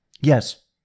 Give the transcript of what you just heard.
Yes